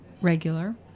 regular